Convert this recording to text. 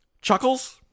Chuckles